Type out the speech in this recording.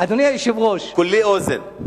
כולי אוזן.